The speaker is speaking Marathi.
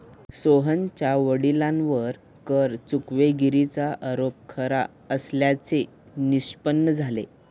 सोहनच्या वडिलांवरील कर चुकवेगिरीचा आरोप खरा असल्याचे निष्पन्न झाले